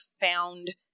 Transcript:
found